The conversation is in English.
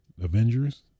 Avengers